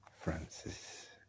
Francis